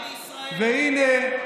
והינה,